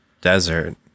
desert